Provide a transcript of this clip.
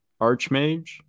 Archmage